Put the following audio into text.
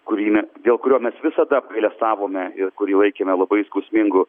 kurį ne dėl kurio mes visada apgailestavome ir kurį laikėme labai skausmingu